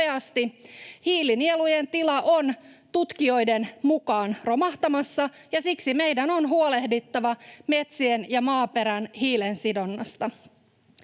Hiilinielujen tila on tutkijoiden mukaan romahtamassa, ja siksi meidän on huolehdittava metsien ja maaperän hiilensidonnasta.